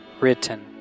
written